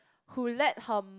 who let her